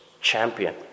champion